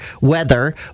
weather